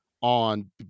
on